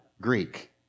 Greek